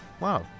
wow